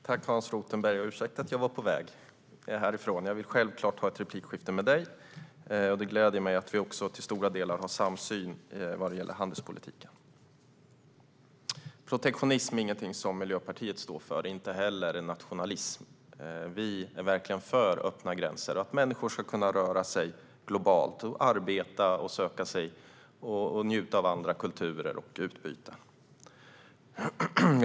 Fru talman! Ursäkta att jag var på väg från talarstolen, Hans Rothenberg! Jag vill självklart ha ett replikskifte med dig, och det gläder mig att vi till stora delar har en samsyn vad gäller handelspolitiken. Protektionism är ingenting som Miljöpartiet står för och inte heller nationalism. Vi är verkligen för öppna gränser och att människor ska kunna röra sig globalt, arbeta och söka sig till andra kulturer och njuta av och ha utbyte av dem.